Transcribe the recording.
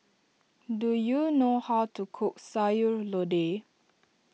do you know how to cook Sayur Lodeh